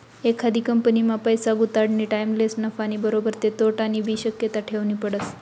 एखादी कंपनीमा पैसा गुताडानी टाईमलेच नफानी बरोबर तोटानीबी शक्यता ठेवनी पडस